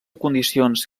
condicions